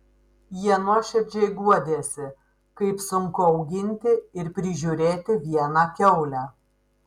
jie nuoširdžiai guodėsi kaip sunku auginti ir prižiūrėti vieną kiaulę